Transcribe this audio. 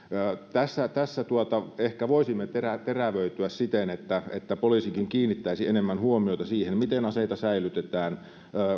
tässä tässä ehkä voisimme terävöityä siten että että poliisikin kiinnittäisi enemmän huomiota siihen miten aseita säilytetään